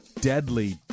deadly